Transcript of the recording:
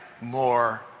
more